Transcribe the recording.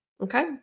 Okay